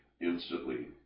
instantly